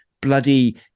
bloody